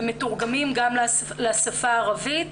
מתורגמים גם לשפה הערבית,